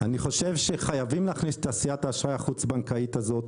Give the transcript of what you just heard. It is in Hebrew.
אני חושב שחייבים להכניס את תעשיית האשראי החוץ בנקאית הזאת,